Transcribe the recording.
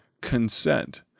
consent